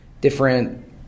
different